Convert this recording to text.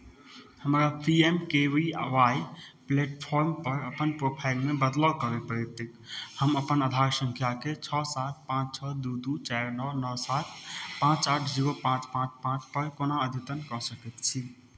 हमरा P M K P Y प्लेटफॉर्मपर अपन प्रोफाइलमे बदलाव करय पड़तै हम अपन आधार सङ्ख्याके छओ सात पाँच छओ दू दू चारि नओ नओ सात पाँच आठ जीरो पाँच पाँच पाँचपर कोना अद्यतन कऽ सकैत छी